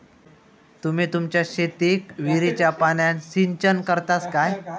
तुम्ही तुमच्या शेतीक विहिरीच्या पाण्यान सिंचन करतास काय?